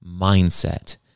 mindset